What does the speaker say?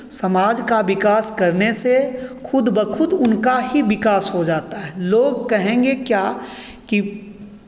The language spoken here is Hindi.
समाज का विकास करने से खुद ब खुद उनका ही विकास हो जाता है लोग कहेंगे क्या कि